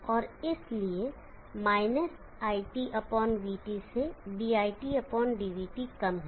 और इसलिए - iTvT से diTdvT कम है